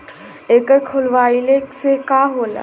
एकर खोलवाइले से का होला?